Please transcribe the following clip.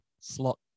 slot